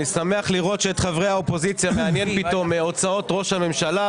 אני שמח לראות שאת חברי האופוזיציה מעניין פתאום הוצאות ראש הממשלה,